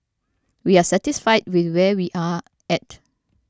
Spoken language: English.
we are satisfied with where we are at